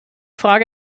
frage